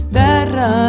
terra